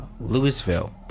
Louisville